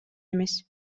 эмес